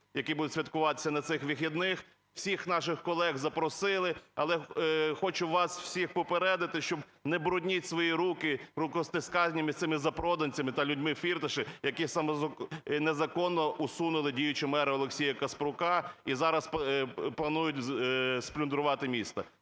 яка буде святкуватися на цих вихідних, всіх наших колег запросили. Але хочу вас всіх попередити, що не брудніть свої руки рукостисканнями з цими запроданцями та людьми Фірташа, які незаконно усунули діючого мера Олексія Каспрука і зараз планують сплюндрувати місто.